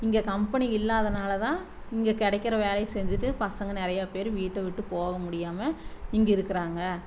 இங்கே கம்பெனி இல்லாததனால தான் இங்கே கிடைக்கிற வேலையை செஞ்சுட்டு பசங்கள் நிறையா பேர் வீட்டை விட்டு போக முடியாமல் இங்கருக்கிறாங்க